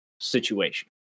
situation